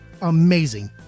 amazing